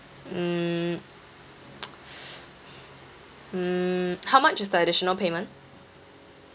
mm mm how much is the additional payment